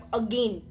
again